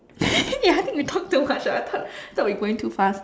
ya I think we talk too much ah I thought I thought we going too fast